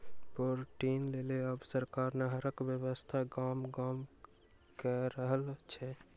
पटौनीक लेल आब सरकार नहरक व्यवस्था गामे गाम क रहल छै